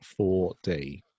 4D